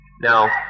Now